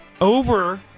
over